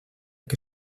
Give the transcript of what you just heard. que